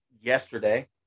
Yesterday